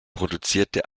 produzierte